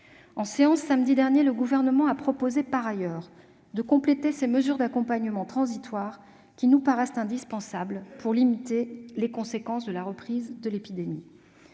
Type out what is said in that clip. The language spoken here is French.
En séance, samedi dernier, le Gouvernement a proposé de compléter ces mesures d'accompagnement transitoire qui nous paraissent indispensables pour limiter les conséquences de la reprise de l'épidémie.